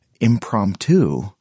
impromptu